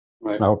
Right